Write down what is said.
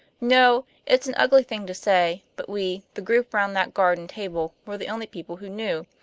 no, it's an ugly thing to say, but we, the group round that garden table, were the only people who knew.